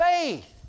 faith